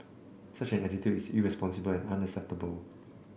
such an attitude is irresponsible and unacceptable